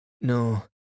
No